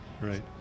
Right